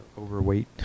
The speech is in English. overweight